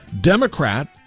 Democrat